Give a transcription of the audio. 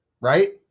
right